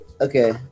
Okay